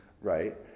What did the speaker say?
right